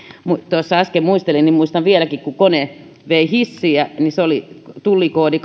kun tuossa äsken muistelin niin muistan vieläkin että kun kone vei hissiä niin tullikoodi